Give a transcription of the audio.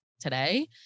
today